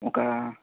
ఒకా